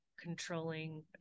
controlling